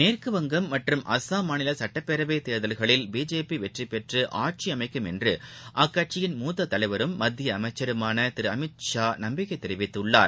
மேற்கு வங்கம் மற்றும் அசாம் மாநிலசட்டப்பேரவைதேர்தல்களில் பிஜேபிவெற்றிபெற்றுஆட்சிஅமைக்கும் என்றுஅக்கட்சியின் மூத்ததலைவரும் மத்தியஅமைச்சருமானதிருஅமித் ஷா நம்பிக்கைதெரிவித்துள்ளார்